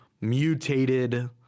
mutated